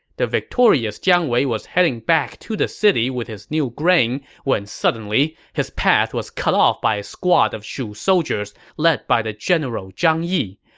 the victorious jiang wei was heading back to the city with his new grain when suddenly, his path was cut off by a squad of shu soldiers led by the general zhang yi.